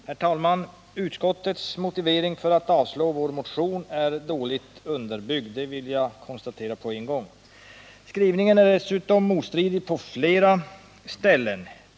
Herr talman! Utskottets motivering för att avstyrka vår motion är dåligt underbyggd, det vill jag konstatera på en gång. Skrivningen är dessutom motstridig på flera ställen.